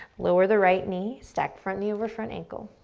lower the right knee, stack front knee over front ankle.